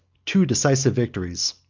two decisive victories,